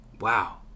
wow